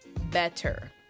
better